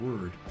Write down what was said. word